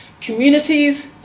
communities